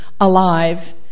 alive